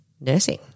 nursing